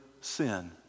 sin